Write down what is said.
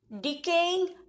decaying